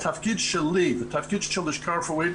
התפקיד שלי והתפקיד של הלשכה הרפואית,